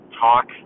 talk